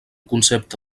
concepte